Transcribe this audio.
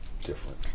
different